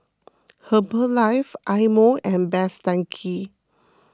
Herbalife Eye Mo and Best Denki